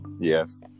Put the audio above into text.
yes